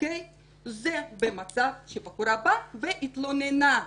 זה מצב שבחורה באה והתלוננה.